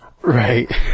Right